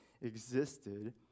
existed